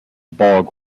borg